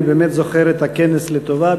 אני באמת זוכר את הכנס לטובה,